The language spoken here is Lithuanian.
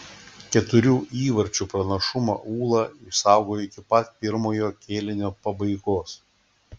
keturių įvarčių pranašumą ūla išsaugojo iki pat pirmojo kėlinio pabaigos